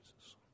Jesus